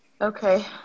Okay